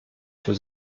für